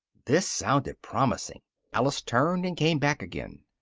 this sounded promising alice turned and came back again.